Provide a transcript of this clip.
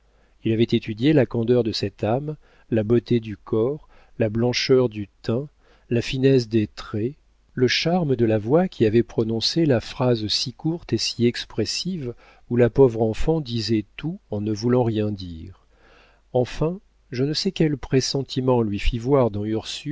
il avait étudié la candeur de cette âme la beauté du corps la blancheur du teint la finesse des traits le charme de la voix qui avait prononcé la phrase si courte et si expressive où la pauvre enfant disait tout en ne voulant rien dire enfin je ne sais quel pressentiment lui fit voir